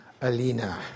Alina